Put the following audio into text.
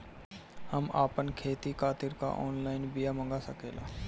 हम आपन खेती खातिर का ऑनलाइन बिया मँगा सकिला?